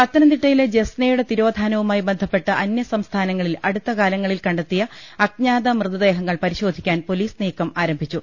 പത്തനംതിട്ടയിലെ ജസ്നയുടെ തിരോധാനവുമായി ബന്ധപ്പെട്ട് അന്യ സംസ്ഥാനങ്ങളിൽ അടുത്തകാലങ്ങളിൽ കണ്ടെത്തിയ അജ്ഞാത മൃത ദേഹങ്ങൾ പരിശോധിക്കാൻ പൊലീസ് നീക്കം ആരംഭിച്ചു